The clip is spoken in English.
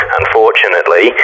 unfortunately